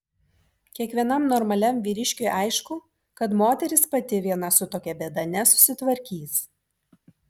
kiekvienam normaliam vyriškiui aišku kad moteris pati viena su tokia bėda nesusitvarkys